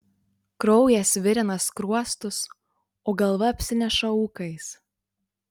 kraujas virina skruostus o galva apsineša ūkais